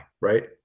Right